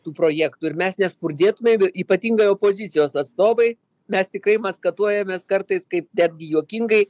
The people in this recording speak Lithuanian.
tų projektų ir mes nespurdėtume ypatingai opozicijos atstovai mes tikrai maskatuojames kartais kaip netgi juokingai